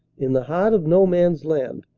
in the heart of no man's land,